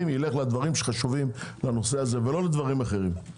ילך לדברים שחשובים לנושא הזה ולא לדברים אחרים.